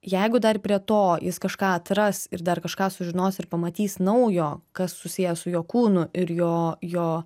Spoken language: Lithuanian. jeigu dar prie to jis kažką atras ir dar kažką sužinos ir pamatys naujo kas susiję su jo kūnu ir jo jo